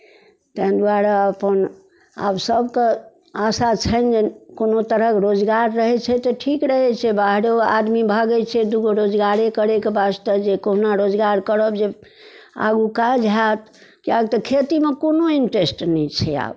ताहि दुआरे अपन आब सबके आशा छनि जे कोनो तरहक रोजगार रहैत छै तऽ ठीक रहैत छै बाहरो आदमी भगैत छै दू गो रोजगारे करैके वास्ते जे कहुना रोजगार करब जे आगू काज होयत किआकि तऽ खेतीमे कोनो इंट्रेस्ट नहि छै आब